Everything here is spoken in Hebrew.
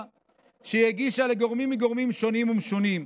שהיא הגישה לגורמים מגורמים שונים ומשונים.